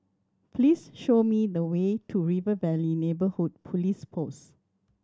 please show me the way to River Valley Neighbourhood Police Post